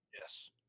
Yes